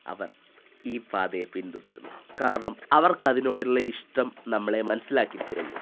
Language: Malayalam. അവർ ഈ പാതയെ പിന്തുടരുന്നു കാരണം അവർക്കതിനോടുള്ള ഇഷ്ടം നമ്മളെ മനസ്സിലാക്കിത്തരുന്നു